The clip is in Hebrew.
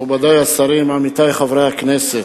מכובדי השרים, עמיתי חברי הכנסת,